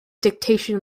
dictation